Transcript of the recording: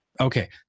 Okay